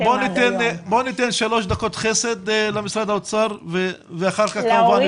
בואי ניתן שלוש דקות חסד למשרד האוצר ואחר כך כמובן אפשר לשאול.